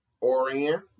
Orient